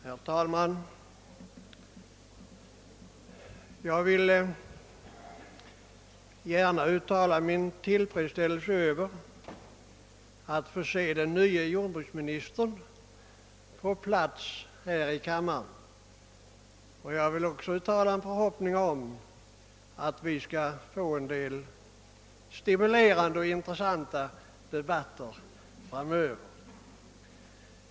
Herr talman! Jag vill gärna uttala min tillfredsställelse över att få se den nye jordbruksministern på hans plats här i kammaren — jag hoppas att vi kommer att få en del stimulerande och intressanta debatter framöver.